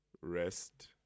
rest